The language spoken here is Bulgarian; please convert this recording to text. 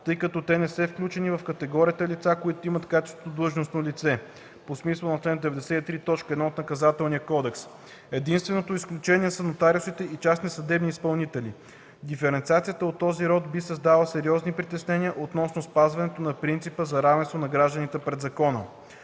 тъй като те не се включват в категориите лица, които имат качеството „длъжностно лице” по смисъла на чл. 93, т. 1 от Наказателния кодекс. Единственото изключение са нотариусите и частните съдебни изпълнители. Диференциация от този род би създала сериозни притеснения относно спазването на принципа за равенство на гражданите пред закона.